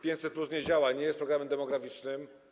500+ nie działa, nie jest programem demograficznym.